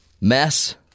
mess